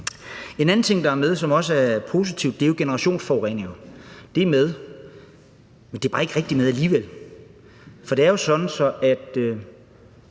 En anden ting, der er med, som også er positiv, er jo generationsforureninger. Det er med, men alligevel bare ikke rigtigt med. For det er jo sådan, at